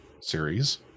series